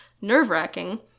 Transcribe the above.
nerve-wracking